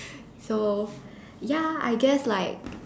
so ya I guess like